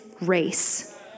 race